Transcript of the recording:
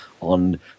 on